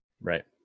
Right